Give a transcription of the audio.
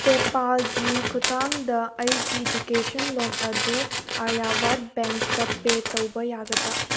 ꯄꯦꯄꯥꯜꯒꯤ ꯈꯨꯊꯥꯡꯗ ꯑꯩꯒꯤ ꯏꯖꯨꯀꯦꯁꯟ ꯂꯣꯟꯗꯨ ꯑꯔꯤꯌꯥꯕꯥꯠ ꯕꯦꯡꯇ ꯄꯦ ꯕꯦꯛ ꯇꯧꯕ ꯌꯥꯒꯗ꯭ꯔꯥ